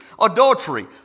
Adultery